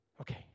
Okay